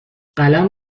قلم